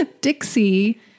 Dixie